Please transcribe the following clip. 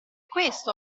questo